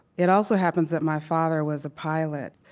it also happens that my father was a pilot.